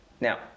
Now